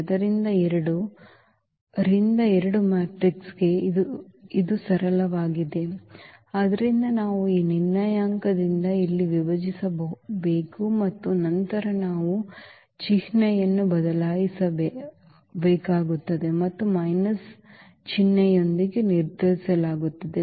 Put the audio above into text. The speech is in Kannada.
ಆದ್ದರಿಂದ 2 ರಿಂದ 2 ಮ್ಯಾಟ್ರಿಕ್ಸ್ಗೆ ಇದು ಸರಳವಾಗಿದೆ ಆದ್ದರಿಂದ ನಾವು ಈ ನಿರ್ಣಾಯಕದಿಂದ ಇಲ್ಲಿ ವಿಭಜಿಸಬೇಕು ಮತ್ತು ನಂತರ ನಾವು ಚಿಹ್ನೆಯನ್ನು ಬದಲಾಯಿಸಬೇಕಾಗುತ್ತದೆ ಮತ್ತು ಮೈನಸ್ ಚಿಹ್ನೆಯೊಂದಿಗೆ ನಿರ್ಧರಿಸಲಾಗುತ್ತದೆ